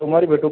सोमवारी भेटू